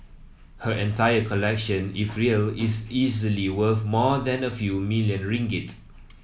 her entire collection if real is easily worth more than a few million ringgit